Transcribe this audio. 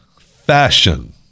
fashion